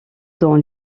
dans